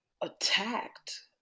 attacked